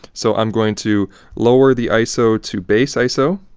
so, i'm going to lower the iso to base iso,